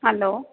hello